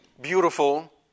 beautiful